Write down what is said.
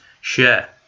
share